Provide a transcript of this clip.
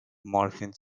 morphine